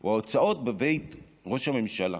או ההוצאות בבית ראש הממשלה.